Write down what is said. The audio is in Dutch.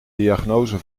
diagnose